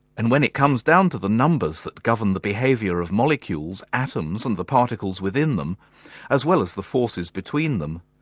and when it comes down to the numbers that govern the behaviour of molecules, atoms and the particles within them as well as the forces between them,